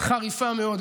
חריפה מאוד,